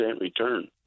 return